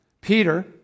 Peter